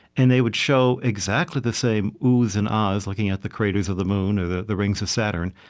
and they would show exactly the same oohs and aahhs looking at the craters of the moon or the the rings of saturn,